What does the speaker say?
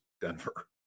Denver